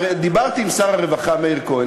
הרי דיברתי עם שר הרווחה מאיר כהן,